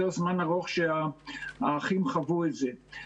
זה יותר זמן ארוך שהאחים חוו את זה.